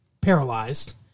paralyzed